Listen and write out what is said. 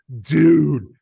dude